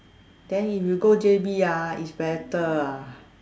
then if you go J_B ah it's better ah